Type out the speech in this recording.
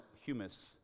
humus